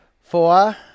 four